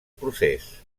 procés